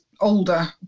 older